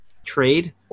trade